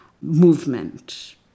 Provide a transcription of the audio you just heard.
movement